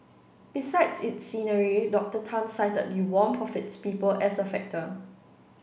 besides its scenery Doctor Tan cited the warmth of its people as a factor